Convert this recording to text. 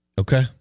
Okay